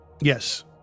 Yes